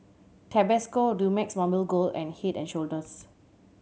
Tabasco Dumex Mamil Gold and Head and Shoulders